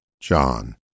John